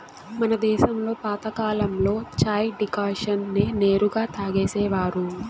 మన దేశంలో పాతకాలంలో చాయ్ డికాషన్ నే నేరుగా తాగేసేవారు